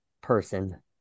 person